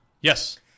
Yes